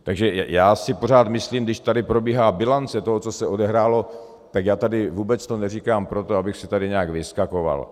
Takže já si pořád myslím, když tady probíhá bilance toho, co se odehrálo, tak vůbec to neříkám proto, abych si tady nějak vyskakoval.